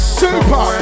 super